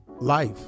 life